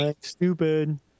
stupid